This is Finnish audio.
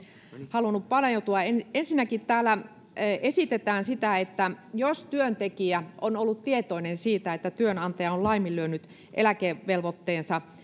halunnut paneutua ensinnäkin täällä esitetään että jos työntekijä on ollut tietoinen siitä että työnantaja on laiminlyönyt eläkevelvoitteensa